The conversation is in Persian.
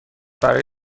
برای